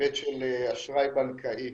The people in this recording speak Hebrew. ההיבט של אשראי בנקאי